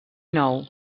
nou